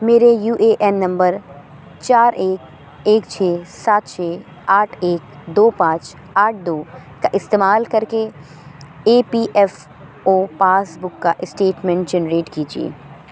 میرے U A N نمبر چار ایک ایک چھ سات چھ آٹھ ایک دو پانچ آٹھ دو کا استعمال کر کے E P F O passbook کا اسٹیٹمنٹ جنریٹ کیجیے